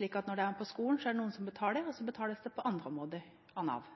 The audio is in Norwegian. Når de er på skolen, er det noen som betaler, og så betales det på andre områder av Nav.